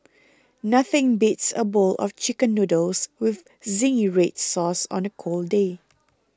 nothing beats a bowl of Chicken Noodles with Zingy Red Sauce on a cold day